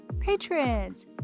patrons